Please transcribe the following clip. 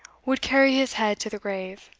would carry his head to the grave.